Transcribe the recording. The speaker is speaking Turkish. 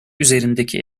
üzerindeki